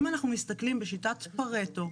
אם אנחנו מסתכלים בשיטת פרטו,